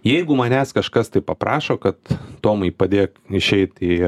jeigu manęs kažkas taip paprašo kad tomai padėk išeit į